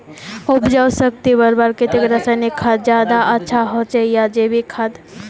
उपजाऊ शक्ति बढ़वार केते रासायनिक खाद ज्यादा अच्छा होचे या जैविक खाद?